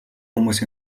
хүмүүс